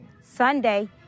Sunday